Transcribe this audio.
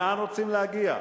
לאן רוצים להגיע?